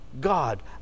God